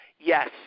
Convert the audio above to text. Yes